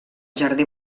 jardí